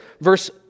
verse